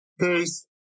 peace